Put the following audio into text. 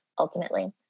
ultimately